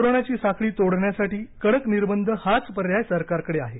कोरोनाघी साखळी तोडण्यासाठी कडक निर्बंध हाच पर्याय सरकारकडे आहे